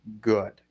good